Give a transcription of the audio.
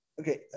Okay